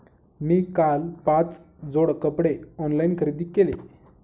मी काल पाच जोड कपडे ऑनलाइन खरेदी केले